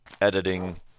editing